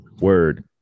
Word